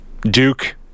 Duke